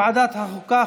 לוועדת החוקה,